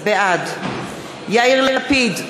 בעד יאיר לפיד,